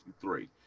three